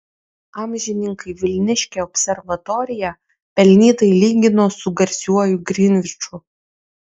amžininkai vilniškę observatoriją pelnytai lygino su garsiuoju grinviču